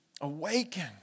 awaken